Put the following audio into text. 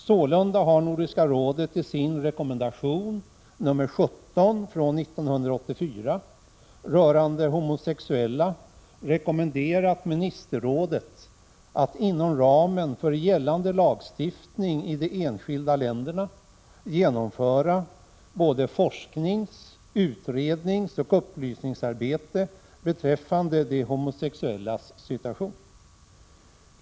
Sålunda har Nordiska rådet i sin rekommendation nr 17 från 1984 rörande homosexuella rekommenderat ministerrådet att inom ramen för gällande lagstiftning i de enskilda länderna genomföra forsknings-, utredningsoch upplysningsarbete beträffande de homosexuellas situation.